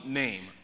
name